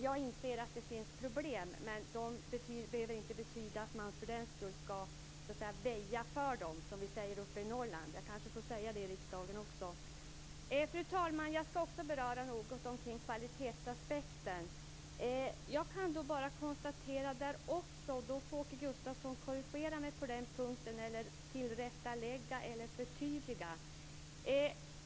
Jag inser att det finns problem, men det behöver inte betyda att man för den skull ska väja för dem, som vi säger uppe i Norrland - jag kanske får säga det i riksdagen också. Fru talman! Jag ska också något beröra kvalitetsaspekten. Jag kan då bara konstatera en sak, och Åke Gustavsson får korrigera mig, tillrättalägga eller förtydliga.